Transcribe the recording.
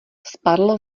spadl